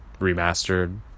remastered